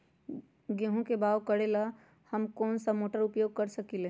गेंहू के बाओ करेला हम कौन सा मोटर उपयोग कर सकींले?